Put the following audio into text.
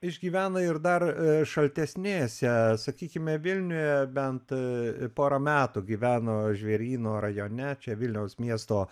išgyvena ir dar šaltesnėse sakykime vilniuje bent porą metų gyveno žvėryno rajone čia vilniaus miesto